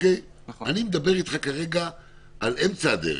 אני מדבר אתך כרגע על אמצע הדרך.